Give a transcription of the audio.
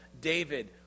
David